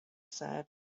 said